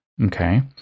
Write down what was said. Okay